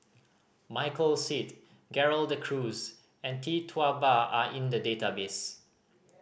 Michael Seet Gerald De Cruz and Tee Tua Ba are in the database